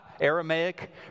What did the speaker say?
Aramaic